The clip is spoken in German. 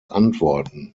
antworten